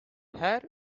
her